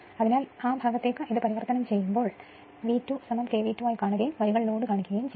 അതിനാൽ ഇത് ആ ഭാഗത്തേക്ക് പരിവർത്തനം ചെയ്യുമ്പോൾ അത് V2 K V2 ആയി കാണിക്കുകയും വരികൾ ലോഡ് കാണിക്കുകയും ചെയ്യും